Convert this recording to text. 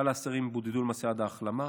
כלל האסירים בודדו למעשה עד ההחלמה.